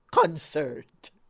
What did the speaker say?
concert